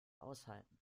aushalten